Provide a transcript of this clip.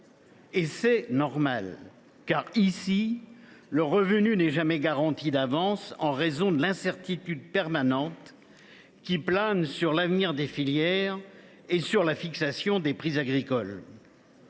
Et c’est normal, car, en l’occurrence, le revenu n’est jamais garanti d’avance, en raison de l’incertitude permanente qui plane sur l’avenir des filières et sur la fixation des prix agricoles.